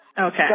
Okay